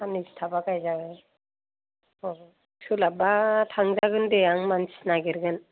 साननैसो थाबा गायजागोन सोलाबबा थांजागोन दे आं मानसि नागेरगोन